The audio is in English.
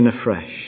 afresh